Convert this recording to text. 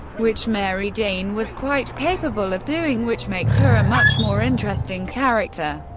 which mary jane was quite capable of doing which makes her a much more interesting character.